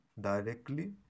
Directly